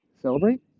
Celebrate